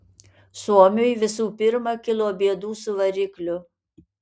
suomiui visų pirma kilo bėdų su varikliu